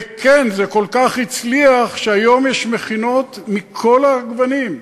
וכן, זה כל כך הצליח שהיום יש מכינות מכל הגוונים,